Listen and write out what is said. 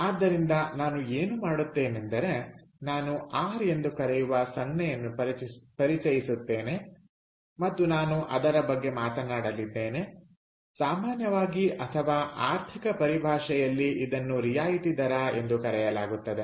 ಆದ್ದರಿಂದ ನಾನು ಏನು ಮಾಡುತ್ತೇನೆಂದರೆ ನಾನು ಆರ್ ಎಂದು ಕರೆಯುವ ಸಂಜ್ಙೆಯನ್ನು ಪರಿಚಯಿಸುತ್ತೇನೆ ಮತ್ತು ನಾನು ಅದರ ಬಗ್ಗೆ ಮಾತನಾಡಲಿದ್ದೇನೆ ಸಾಮಾನ್ಯವಾಗಿ ಅಥವಾ ಆರ್ಥಿಕ ಪರಿಭಾಷೆಯಲ್ಲಿ ಇದನ್ನು ರಿಯಾಯಿತಿ ದರ ಎಂದು ಕರೆಯಲಾಗುತ್ತದೆ